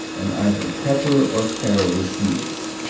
and either pepper or caraway seeds.